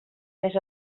més